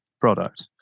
product